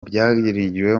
byaganiriweho